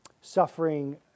suffering